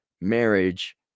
marriage